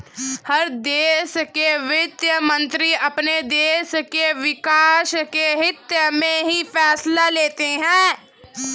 हर देश के वित्त मंत्री अपने देश के विकास के हित्त में ही फैसले लेते हैं